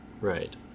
right